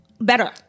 better